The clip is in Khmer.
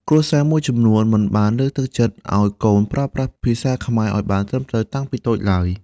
គ្រួសារមួយចំនួនមិនបានលើកទឹកចិត្តឱ្យកូនប្រើប្រាស់ភាសាខ្មែរឲ្យបានត្រឹមត្រូវតាំងពីតូចឡើយ។